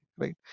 right